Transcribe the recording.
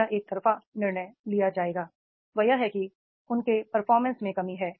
यह एकतरफा निर्णय लिया जाएगा वह यह है कि उनके परफॉर्मेंस में कमी है